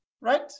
right